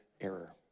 error